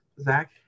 zach